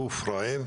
הגוף רעב,